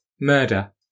murder